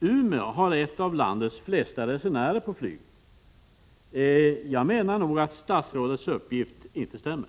Umeå är en av de städer i landet som har flest resenärer per flyg. Jag menar nog att statsrådets uppgift inte stämmer.